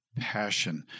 Passion